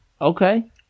Okay